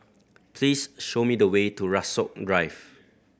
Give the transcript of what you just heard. please show me the way to Rasok Drive